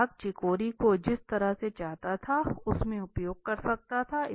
ग्राहक चिकोरी को जिस तरह से चाहता था उसमें उपयोग कर सकता था